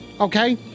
Okay